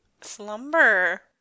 Slumber